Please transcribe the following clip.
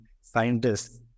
scientists